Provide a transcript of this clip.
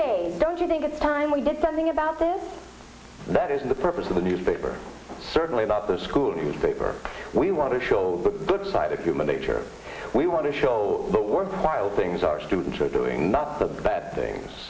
today don't you think it's time we did something about this that isn't the purpose of the newspaper certainly not the school newspaper we want to show the good side of human nature we want to show the worthwhile things our students are doing not the bad things